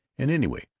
and anyway,